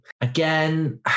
again